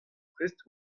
prest